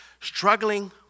struggling